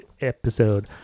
episode